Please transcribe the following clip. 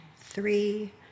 three